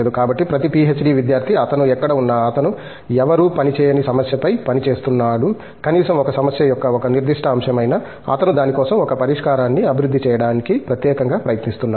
కాబట్టి ప్రతి పీహెచ్డీ విద్యార్ధి అతను ఎక్కడ ఉన్నా అతను ఎవ్వరూ పని చేయని సమస్యపై పనిచేస్తున్నాడు కనీసం ఒక సమస్య యొక్క ఒక నిర్దిష్ట అంశం అయినా అతను దాని కోసం ఒక పరిష్కారాన్ని అభివృద్ధి చేయడానికి ప్రత్యేకంగా ప్రయత్నిస్తున్నాడు